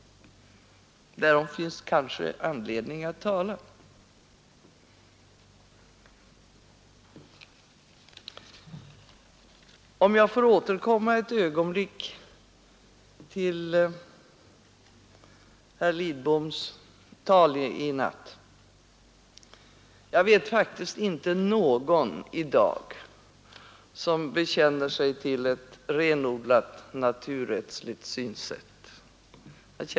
Därom finns det kanske också anledning att tala. Jag skall återkomma ett ögonblick till herr Lidboms tal i natt. Jag vet faktiskt inte någon av kött och blod som i dag bekänner sig till ett renodlat naturrättsligt synsätt.